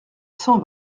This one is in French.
cent